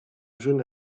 jeune